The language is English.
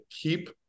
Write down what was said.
keep